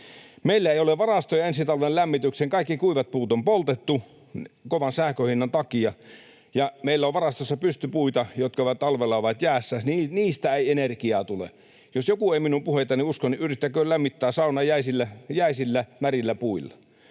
Meillä ei ole varastoja ensi talven lämmitykseen. Kaikki kuivat puut on poltettu kovan sähkönhinnan takia, ja meillä on varastossa pystypuita, jotka ovat talvella jäässä. Niistä ei energiaa tule. Jos joku ei minun puheitani usko, yrittäköön lämmittää saunaa jäisillä, märillä puilla.